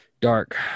dark